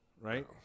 right